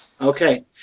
Okay